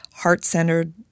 heart-centered